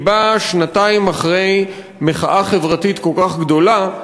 באה שנתיים אחרי מחאה חברתית כל כך גדולה,